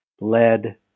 lead